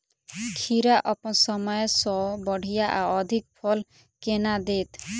खीरा अप्पन समय सँ बढ़िया आ अधिक फल केना देत?